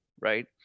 right